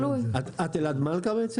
תלוי במה.